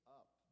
up